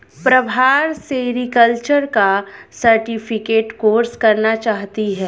Prabha sericulture का certificate course करना चाहती है